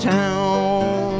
town